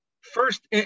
First